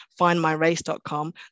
FindMyRace.com